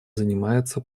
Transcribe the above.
занимается